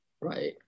Right